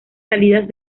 salidas